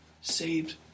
saved